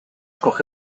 coge